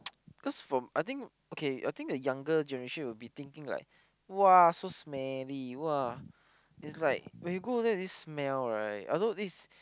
cause from I think okay I think the younger generation will be thinking like !wah! so smelly !wah! is like when they go there this smell right although this